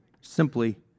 simply